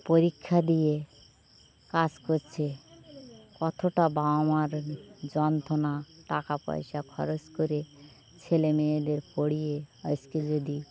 পরীক্ষা দিয়ে কাজ করছে কতটা বাবা মার যন্ত্রণা টাকা পয়সা খরচ করে ছেলেমেয়েদের পড়িয়ে আজকে যদি